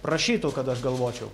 prašytų kad aš galvočiau